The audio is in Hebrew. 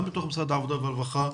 גם בתוך משרד העבודה והרווחה,